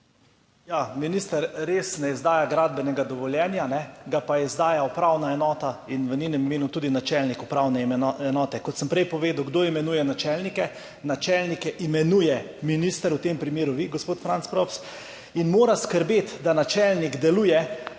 Minister res ne izdaja gradbenega dovoljenja, ga pa izdaja upravna enota in v njenem imenu tudi načelnik upravne enote. Kot sem prej povedal. Kdo imenuje načelnike? Načelnike imenuje minister, v tem primeru vi, gospod Franc Props, in mora skrbeti, da upravna enota